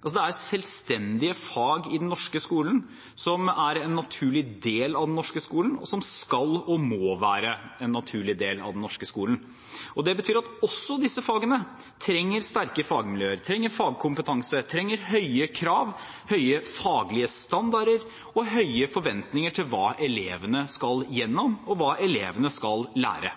er selvstendige fag i den norske skolen, de er en naturlig del av den norske skolen og skal og må være en naturlig del av den. Det betyr at også disse fagene trenger sterke fagmiljøer, trenger fagkompetanse, trenger høye krav, høye faglige standarder og høye forventninger til hva elevene skal igjennom, og hva elevene skal lære.